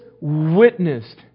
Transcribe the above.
witnessed